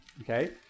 okay